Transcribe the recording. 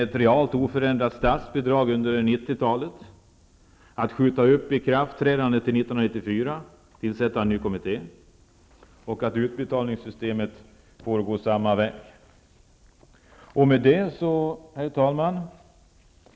Ikraftträdandet skall skjutas upp till 1994, och en ny kommitté skall tillsättas. Detsamma skall ske med utbetalningssystemet. Herr talman!